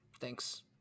Thanks